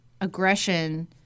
aggression